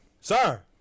sir